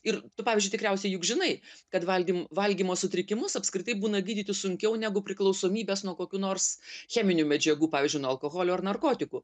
ir tu pavyzdžiui tikriausiai juk žinai kad valgym valgymo sutrikimus apskritai būna gydyti sunkiau negu priklausomybes nuo kokių nors cheminių medžiagų pavyzdžiui nuo alkoholio ar narkotikų